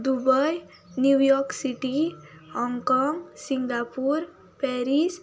Dubai New York City Hong Kong Singapore Paris